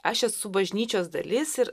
aš esu bažnyčios dalis ir